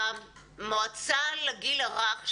המועצה לגיל הרך,